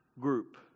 group